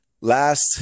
last